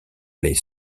les